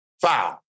foul